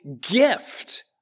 gift